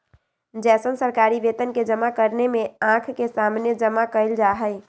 जैसन सरकारी वेतन के जमा करने में आँख के सामने जमा कइल जाहई